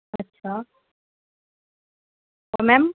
اچھا میم